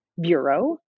bureau